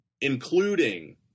including